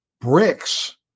bricks